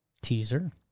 Teaser